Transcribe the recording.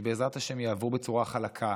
שבעזרת השם יעברו בצורה חלקה,